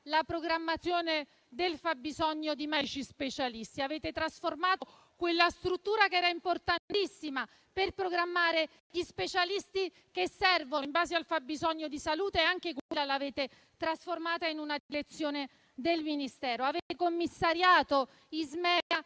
la programmazione del fabbisogno di medici specialisti; avete trasformato quella struttura, che era importantissima per programmare gli specialisti che servono in base al fabbisogno di salute, in una direzione del Ministero. Avete commissariato ISMEA